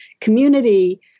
community